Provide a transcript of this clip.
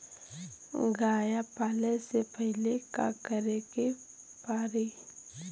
गया पाले से पहिले का करे के पारी?